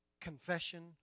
confession